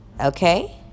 okay